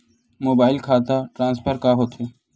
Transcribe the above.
Mobile खाता transfer का होथे?